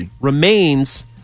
remains